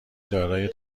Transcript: دارای